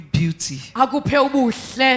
beauty